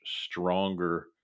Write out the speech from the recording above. stronger